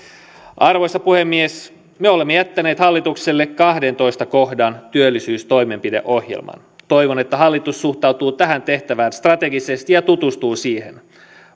arvoisa puhemies me olemme jättäneet hallitukselle kahdennentoista kohdan työllisyystoimenpideohjelman toivon että hallitus suhtautuu tähän tehtävään strategisesti ja tutustuu siihen